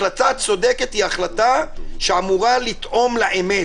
החלטה צודקת היא החלטה שאמורה לתאום לאמת,